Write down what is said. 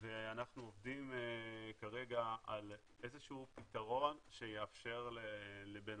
ואנחנו עובדים כרגע על איזה שהוא פתרון שיאפשר לבן